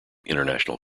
international